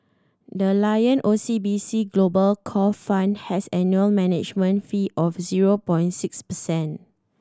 the Lion O C B C Global Core Fund has an annual management fee of zero point six percent